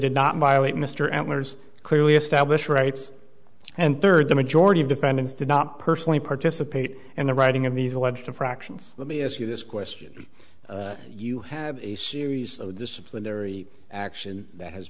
did not violate mr outliners clearly established rights and third the majority of defendants did not personally participate in the writing of these alleged infractions let me ask you this question you have a series of disciplinary action that has